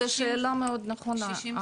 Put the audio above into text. זה שאלה מאוד נכונה,